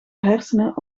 hersenen